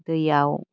दैयाव